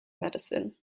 medicine